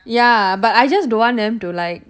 ya but I just don't want them to like